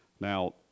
now